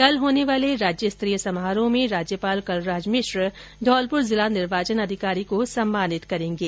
कल होने वाले राज्यस्तरीय समारोह में राज्यपाल कलराज मिश्र धौलपुर जिला निर्वाचन अधिकारी को सम्मानित करेंगे